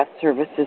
services